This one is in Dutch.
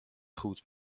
goed